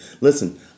Listen